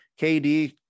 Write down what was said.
kd